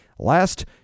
Last